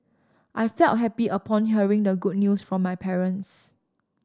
I felt happy upon hearing the good news from my parents